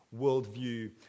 worldview